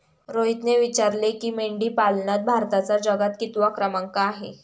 रोहितने विचारले की, मेंढीपालनात भारताचा जगात कितवा क्रमांक आहे?